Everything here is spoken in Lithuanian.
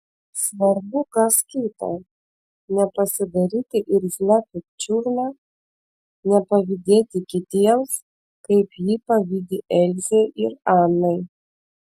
svarbu kas kita nepasidaryti irzlia pikčiurna nepavydėti kitiems kaip ji pavydi elzei ir anai